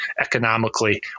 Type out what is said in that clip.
economically